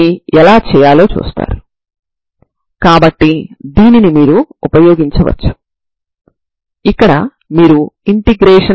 ఇప్పుడు బిందు లబ్దాన్ని ఉపయోగించి మీరు An మరియు Bn లను కనుగొనవచ్చు